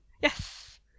Yes